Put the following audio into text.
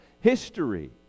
history